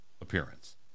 appearance